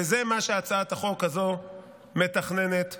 וזה מה שהצעת החוק הזו מתכננת לעשות,